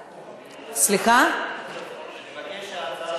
בקריאה טרומית ועוברת לוועדת החוקה,